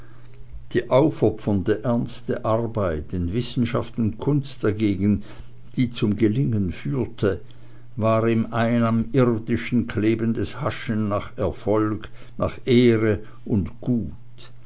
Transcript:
die aufopfernde ernste arbeit in wissenschaft und kunst dagegen die zum gelingen führte war ihm ein am irdischen klebendes haschen nach erfolg nach ehre und gut